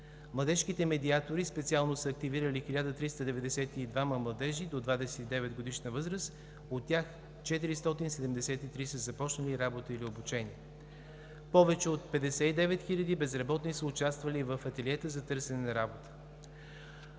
Младежките медиатори специално са активирали 1392 младежи до 29-годишна възраст – от тях 473 са започнали работа или обучение. Повече от 59 хиляди безработни са участвали в ателиета за търсене на работа.